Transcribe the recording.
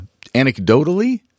anecdotally